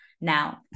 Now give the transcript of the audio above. Now